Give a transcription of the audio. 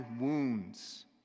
wounds